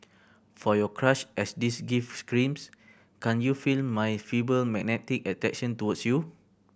for your crush as this gift screams Can't you feel my feeble magnetic attraction towards you